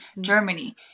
germany